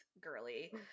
girly